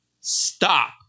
Stop